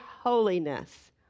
holiness